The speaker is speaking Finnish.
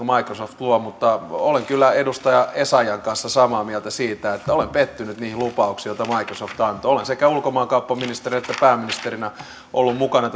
microsoft luo mutta olen kyllä edustaja essayahin kanssa samaa mieltä siitä että olen pettynyt niihin lupauksiin joita microsoft antoi olen sekä ulkomaankauppaministerinä että pääministerinä ollut mukana